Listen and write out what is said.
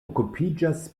okupiĝas